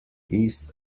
east